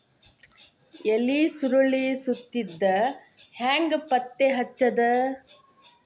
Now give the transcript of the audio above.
ಎಲಿ ಸುರಳಿ ಸುತ್ತಿದ್ ಹೆಂಗ್ ಪತ್ತೆ ಹಚ್ಚದ?